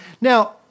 Now